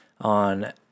on